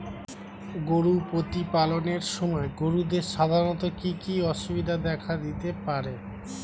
গরু প্রতিপালনের সময় গরুদের সাধারণত কি কি অসুবিধা দেখা দিতে পারে?